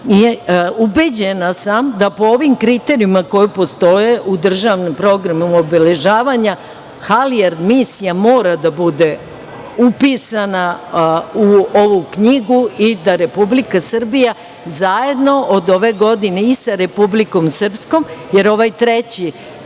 pistu. Ubeđena sam da po ovim kriterijumima koji postoje u državnom programu obeležavanja Halijard misija mora da bude upisana u ovu knjigu i da Republika Srbija zajedno od ove godine i sa Republikom Srpskom, jer ovaj treći